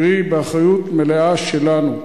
קרי באחריות מלאה שלנו.